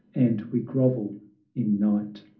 and we grovel in night!